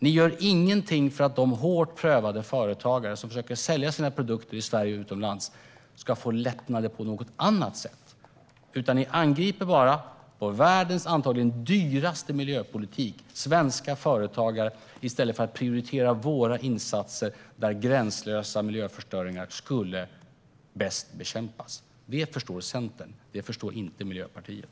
Ni gör ingenting för att de hårt prövade företagare som försöker sälja sina produkter i Sverige och utomlands ska få lättnader på något annat sätt. Ni angriper bara, med världens antagligen dyraste miljöpolitik, svenska företagare i stället för att prioritera våra insatser där gränslösa miljöförstöringar bäst skulle bekämpas. Detta förstår Centerpartiet. Det förstår inte Miljöpartiet.